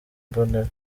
mbonera